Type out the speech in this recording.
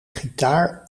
gitaar